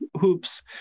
hoops